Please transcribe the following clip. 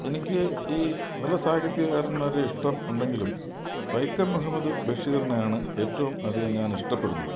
എനിക്ക് ഈ പല സാഹിത്യകാരന്മാരെയും ഇഷ്ടം ഉണ്ടെങ്കിലും വൈക്കം മുഹമ്മദ് ബഷീറിനെയാണ് ഏറ്റവും അധികം ഞാൻ ഇഷ്ടപ്പെടുന്നത്